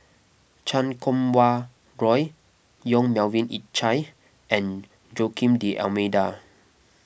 Chan Kum Wah Roy Yong Melvin Yik Chye and Joaquim D'Almeida